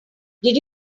did